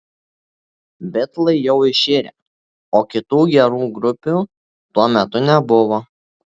bitlai jau iširę o kitų gerų grupių tuo metu nebuvo